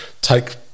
take